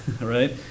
right